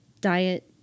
diet